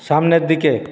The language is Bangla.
সামনের দিকে